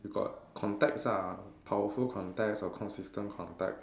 you got contacts ah powerful contacts or consistent contact